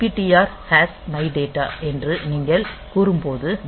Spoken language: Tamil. MOV DPTR mydata என்று நீங்கள் கூறும்போது